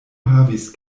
havis